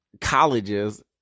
colleges